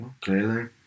Clearly